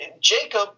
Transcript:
Jacob